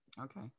Okay